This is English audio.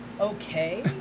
okay